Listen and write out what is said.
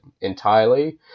entirely